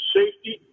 safety